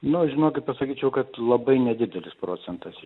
nu žinokit pasakyčiau kad labai nedidelis procentas